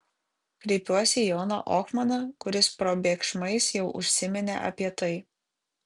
kreipiuosi į joną ohmaną kuris probėgšmais jau užsiminė apie tai